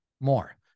more